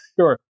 sure